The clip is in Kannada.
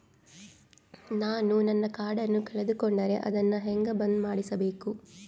ನಾನು ನನ್ನ ಕಾರ್ಡನ್ನ ಕಳೆದುಕೊಂಡರೆ ಅದನ್ನ ಹೆಂಗ ಬಂದ್ ಮಾಡಿಸಬೇಕು?